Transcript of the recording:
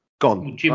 gone